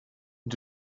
ond